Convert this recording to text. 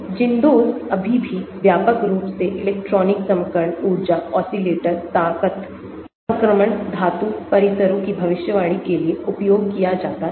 ZINDOS अभी भी व्यापक रूप से इलेक्ट्रॉनिक संक्रमण ऊर्जा oscillator ताकत संक्रमण धातु परिसरों की भविष्यवाणी के लिए उपयोग किया जाता है